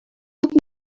what